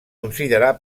considerar